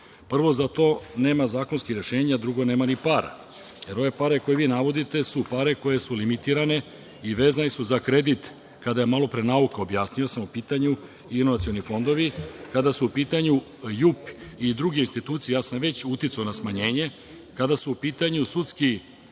Prvo, za to nema zakonskih rešenja, a drugo nema ni para, jer ove pare koje vi navodite su pare koje su limitirane i vezane su za kredit kada je malo pre nauka, objasnio sam vam, u pitanju i inovacioni fondovi, kada su u pitanju JUP i druge institucije, već sam uticao na smanjenje. Kada su u pitanju sudski